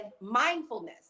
mindfulness